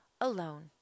alone